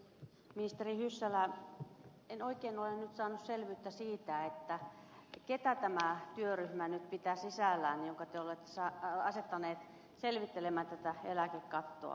ministeri hyssälä en oikein ole nyt saanut selvyyttä siitä keitä tämä työryhmä nyt pitää sisällään jonka te olette asettanut selvittelemään tätä eläkekattoa